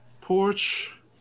porch